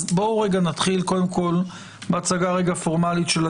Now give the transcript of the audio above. בואו נתחיל בהצגה פורמלית של התקנות,